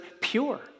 pure